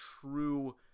true